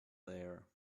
there